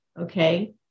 Okay